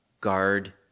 guard